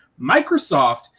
Microsoft